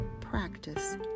practice